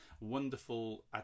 wonderful